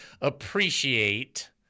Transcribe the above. appreciate